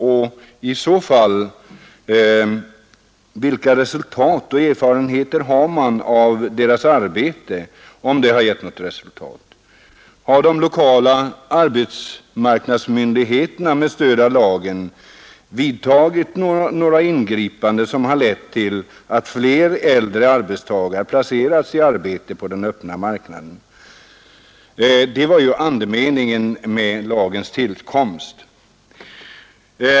Och i så fall vilka resultat och erfarenheter har man av deras arbete, om de givit något resultat? Har de lokala arbetsmarknadsmyndigheterna med stöd av lagen vidtagit några ingripanden som lett till att fler äldre arbetstagare placerats i arbete på den öppna marknaden? Det var syftet med lagens tillkomst.